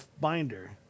binder